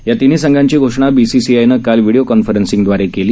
या तिन्ही संघांची घोषणा बीसीसीआयलनं काल व्हिडीओ कॉन्फरन्सिंगदवारे केली